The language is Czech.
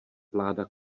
vláda